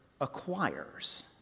acquires